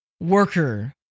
worker